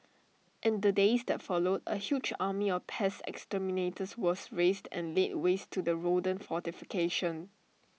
in the days that followed A huge army of pest exterminators was raised and laid waste to the rodent fortification